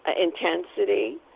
intensity